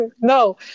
No